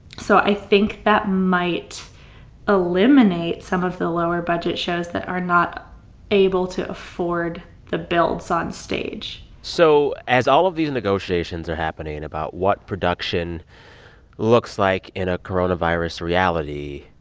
so i think that might eliminate some of the lower-budget shows that are not able to afford the builds on stage so as all of these negotiations are happening about what production looks like in a coronavirus reality,